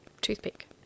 toothpick